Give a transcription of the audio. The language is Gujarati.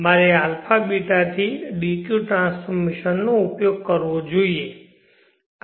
મારે ∝β થી dq ટ્રાન્સફોર્મેશન નો ઉપયોગ કરવો જોઈએ